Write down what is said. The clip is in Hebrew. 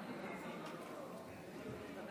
חבר